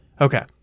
Okay